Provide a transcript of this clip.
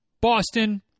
Boston